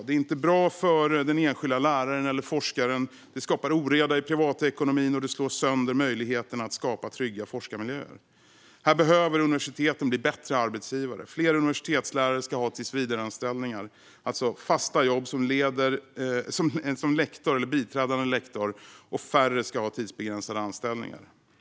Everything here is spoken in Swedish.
Det är inte bra för den enskilda läraren eller forskaren. Det skapar oreda i privatekonomin, och det slår sönder möjligheterna att skapa trygga forskarmiljöer. Här behöver universiteten bli bättre arbetsgivare. Fler universitetslärare ska ha tillsvidareanställningar, alltså fasta jobb som lektor eller biträdande lektor, och färre ska ha tidsbegränsade anställningar.